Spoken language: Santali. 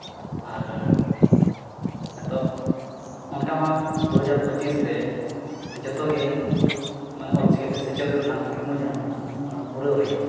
ᱟᱨ ᱱᱤᱛᱚᱜ ᱚᱱᱠᱟᱼᱢᱟ ᱫᱩ ᱦᱟᱡᱟᱨ ᱯᱚᱸᱪᱤᱥ ᱛᱮ ᱡᱚᱛᱚᱜᱮ ᱚᱞᱪᱤᱠᱤᱛᱮ ᱥᱮᱪᱮᱫᱚᱜ ᱨᱮᱱᱟᱜ ᱠᱩᱠᱢᱩ ᱡᱟᱦᱟᱸ ᱢᱮᱱᱟᱜᱼᱟ ᱚᱱᱟ ᱯᱩᱨᱟᱹᱣ ᱨᱮᱭᱟᱜ